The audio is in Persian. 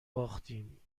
باختیم